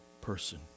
person